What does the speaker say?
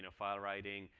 and file writing.